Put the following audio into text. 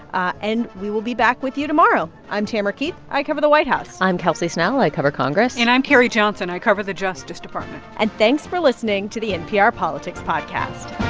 ah and we will be back with you tomorrow i'm tamara keith. i cover the white house i'm kelsey snell. i cover congress and i'm carrie johnson. i cover the justice department and thanks for listening to the npr politics podcast